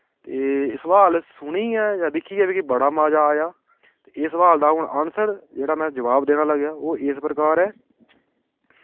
ते सवाल सुनियै जां दिक्खियै मिगी बड़ा मजा आया ते एह् सवाल दा हून आंसर जेह्ड़ा मै जवाब देना लग्गेआ ओह् इस प्रकार ऐ